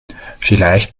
vielleicht